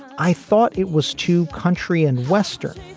i thought it was to country and western.